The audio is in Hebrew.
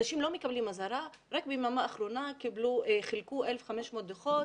אנשים לא מקבלים אזהרה ורק ביממה האחרונה חילקו 1,500 דוחות,